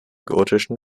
gotischen